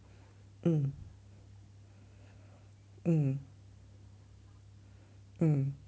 mm mm mm